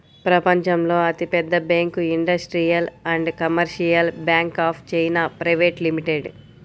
ప్రపంచంలో అతిపెద్ద bank Industrial and Commercial Bank of China private limited